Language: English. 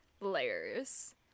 layers